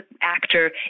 actor